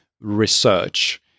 research